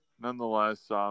Nonetheless